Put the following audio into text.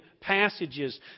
passages